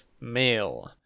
male